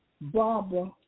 Barbara